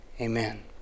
Amen